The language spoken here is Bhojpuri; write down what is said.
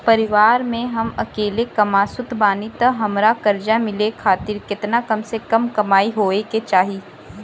परिवार में हम अकेले कमासुत बानी त हमरा कर्जा मिले खातिर केतना कम से कम कमाई होए के चाही?